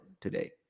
today